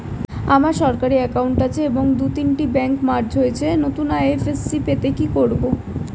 আমার সরকারি একাউন্ট আছে এবং দু তিনটে ব্যাংক মার্জ হয়েছে, নতুন আই.এফ.এস.সি পেতে কি করব?